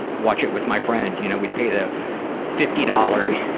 watch it with my friend. you know, we'd pay the fifty dollars.